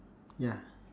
ya